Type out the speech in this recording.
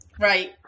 right